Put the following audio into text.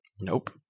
Nope